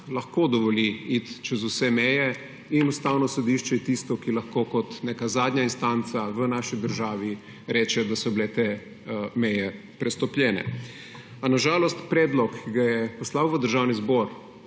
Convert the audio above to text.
lahko dovoli iti čez vse meje in Ustavno sodišče je tisto, ki lahko kot neka zadnja instanca v naši državi reče, da so bile te meje prestopljene. A na žalost predlog, ki ga je poslal v Državni zbor